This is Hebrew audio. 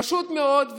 פשוט מאוד.